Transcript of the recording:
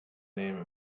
name